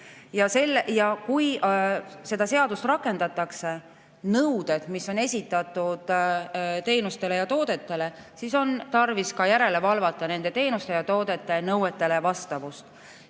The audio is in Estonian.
Ja kui seda seadust rakendatakse, [kehtestatakse] nõuded, mis on esitatud teenustele ja toodetele, siis on tarvis ka kontrollida nende teenuste ja toodete nõuetele vastavust.